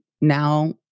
now